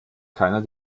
keiner